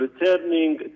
returning